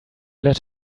let